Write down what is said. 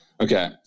Okay